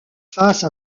face